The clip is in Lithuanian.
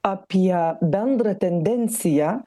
apie bendrą tendenciją